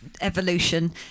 evolution